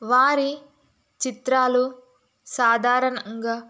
వారి చిత్రాలు సాధారణంగా